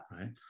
right